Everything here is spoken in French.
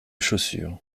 chaussures